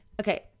Okay